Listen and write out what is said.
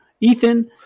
Ethan